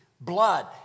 blood